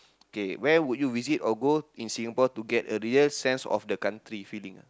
okay where would you visit or go in Singapore to get a real sense of the country feeling ah